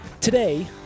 Today